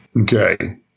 Okay